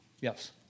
Yes